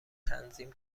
تنظیم